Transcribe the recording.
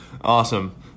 Awesome